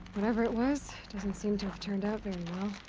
whatever it was. doesn't seem to have turned out very well.